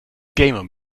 gamer